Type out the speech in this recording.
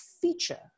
feature